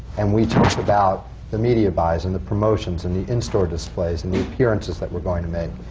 and we talk about the media buys and the promotions and the in-store displays and the appearances that we're going to make.